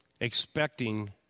expecting